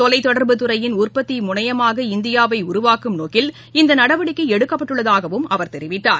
தொலைத்தொடர்புத்துறையின் உற்பத்திமுனையமாக இந்தியாவைஉருவாக்கும் நோக்கில் இந்தநடவடிக்கைஎடுக்கப்பட்டுள்ளதாகவும் அவர் தெரிவித்தார்